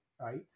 right